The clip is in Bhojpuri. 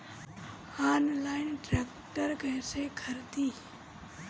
आनलाइन ट्रैक्टर कैसे खरदी?